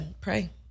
pray